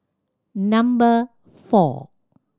number four